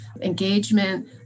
engagement